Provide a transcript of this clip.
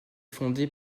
fondé